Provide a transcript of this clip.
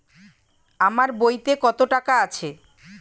আমার বইতে কত টাকা আছে?